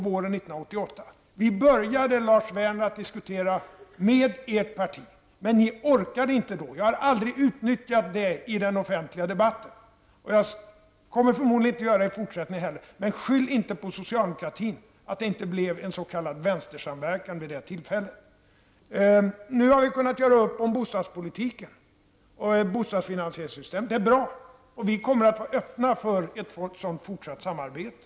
Vi började, Lars Werner, att diskutera med ert parti. Men ni orkade inte då. Jag har aldrig utnyttjat detta i den offentliga debatten, och jag kommer förmodligen inte att göra det i fortsättningen heller. Men skyll inte på socialdemokratin att det inte blev en s.k. vänstersamverkan vid det tillfället! Nu har vi kunnat göra upp om bostadspolitiken och bostadsfinansieringssystemet. Det är bra. Vi kommer att vara öppna för ett fortsatt sådant arbete.